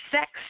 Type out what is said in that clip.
sex